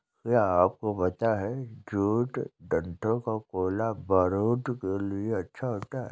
क्या आपको पता है जूट डंठल का कोयला बारूद के लिए अच्छा होता है